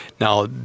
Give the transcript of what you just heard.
Now